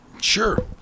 Sure